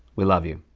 we love you.